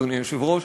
אדוני היושב-ראש,